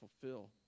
fulfill